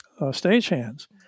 stagehands